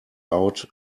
out